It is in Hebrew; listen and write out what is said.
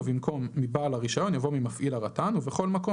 במקום "מבעל הרישיון" יבוא "ממפעיל הרט"ן"" ובכל מקום